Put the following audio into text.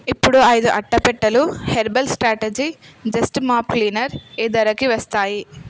ఇప్పుడు ఐదు అట్టపెట్టెలు herbal strategy just mop cleaner ఏ ధరకి వస్తాయి